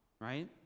right